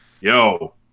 yo